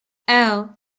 elle